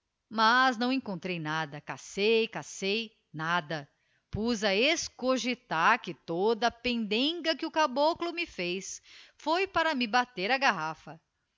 mas não encontrei nada cacei cacei nada puz a excogitar que toda a pendenga que o caboclo me fez íoi para m e bater a garrafa